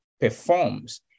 performs